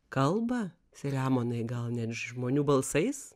kalba selemonai gal net žmonių balsais